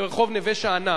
זה רחוב נווה-שאנן,